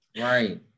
Right